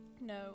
No